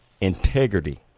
Integrity